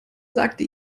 sagte